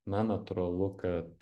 na natūralu kad